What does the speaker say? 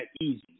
easy